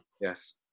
Yes